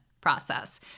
process